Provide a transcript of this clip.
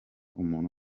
umuntu